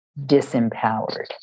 disempowered